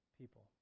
people